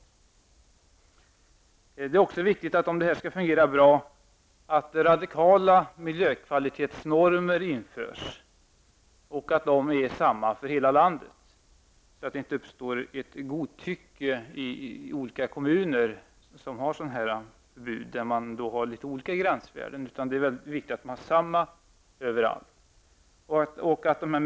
Om detta skall fungera bra är det också viktigt att radikala miljökvalitetsnormer införs och att dessa är sdeamma för hela landet så att det inte uppstår godtycke i de olika kommuner som inför sådana här förbud med litet olika gränsvärden. Det är mycket viktigt att man har samma normer överallt.